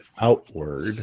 outward